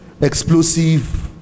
explosive